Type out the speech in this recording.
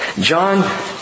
John